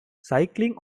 cycling